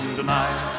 tonight